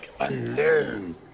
unlearn